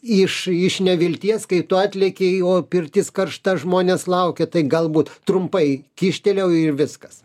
iš iš nevilties kai tu atlėkei o pirtis karšta žmonės laukia tai galbūt trumpai kyštelėjau ir viskas